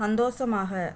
சந்தோஷமாக